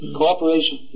cooperation